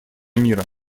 мира